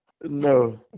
No